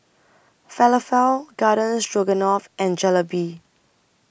Falafel Garden Stroganoff and Jalebi